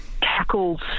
cackles